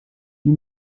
die